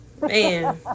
Man